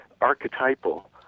archetypal